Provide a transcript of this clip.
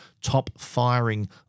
top-firing